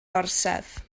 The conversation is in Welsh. orsedd